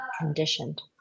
conditioned